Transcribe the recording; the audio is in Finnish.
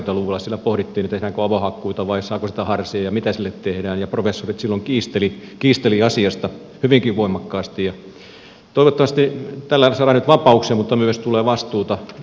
siellä pohdittiin tehdäänkö avohakkuita vai saako metsää harsia ja mitä sille tehdään ja professorit silloin kiistelivät asiasta hyvinkin voimakkaasti ja toivottavasti tällä saadaan nyt vapauksia mutta myös tulee vastuuta metsänomistajille